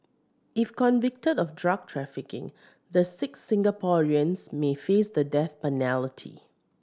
if convicted of drug trafficking the six Singaporeans may face the death